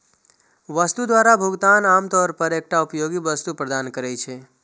वस्तु द्वारा भुगतान आम तौर पर एकटा उपयोगी वस्तु प्रदान करै छै